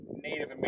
Native